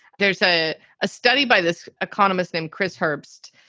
there's ah a study by this economist named chris herbst,